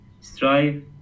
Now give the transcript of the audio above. Strive